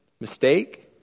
mistake